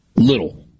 Little